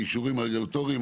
האישורים הרגולטוריים,